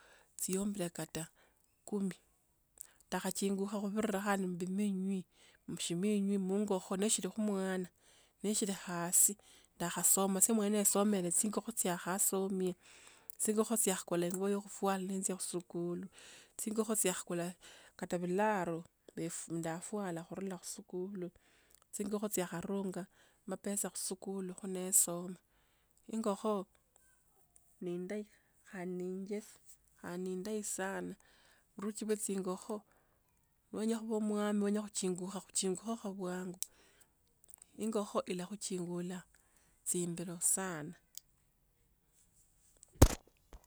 Chiyombile kata, kumi, ndakhachinjukha kubirira khandi mubiminyi, mushiminywi muingikho neshilikho mwana, neshilikho hasi ndakhasoma, chimwene some nech ing'okho chia kasome, chingokho chiakhakula chingubo chip khufuala nenjia muskuli, chingokho chiakhakula, kata bilaro ndef ndafuala khurura khusikuli, ching'okho chiakharunga, mapesa khusikuli khe nesoma. Ing'okho ne endayi khandi ne enje, ne endayi sana, buruki be ching'okho, nowenya kopa mwami kowenya khuchinjukha chinjukha khobwangu, ing'okho ilakhuchinjula tsindoro sana.